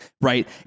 right